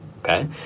okay